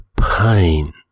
pain